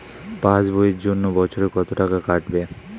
Pass বইয়ের জন্য বছরে কত টাকা কাটবে?